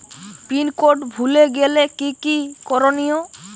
Pin code ভুলে গেলে কি কি করনিয়?